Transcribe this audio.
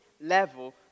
level